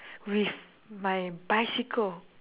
with my bicycle